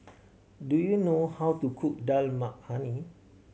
do you know how to cook Dal Makhani